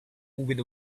with